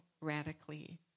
radically